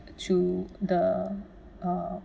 to the uh